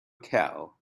cow